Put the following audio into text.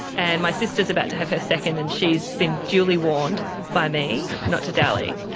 and my sister is about to have her second and she has been duly warned by me not to dally.